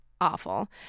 awful